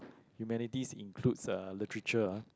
humanities include literature